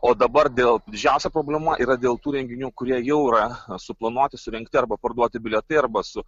o dabar dėl didžiausia problema yra dėl tų renginių kurie jau yra suplanuoti surengti arba parduoti bilietai arba su